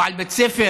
או על בית ספר,